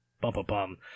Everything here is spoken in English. bum-bum-bum